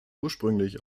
ursprünglich